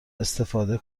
استفاده